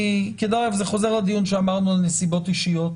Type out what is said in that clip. דרך אגב, זה חוזר לדיון שאמרנו על נסיבות אישיות.